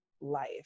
life